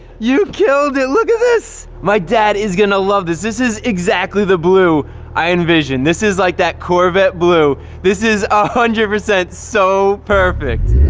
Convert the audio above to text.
you killed it. look at this my dad is gonna love this. this is exactly the blue i envisioned this is like that corvette blue this is a hundred percent. so perfect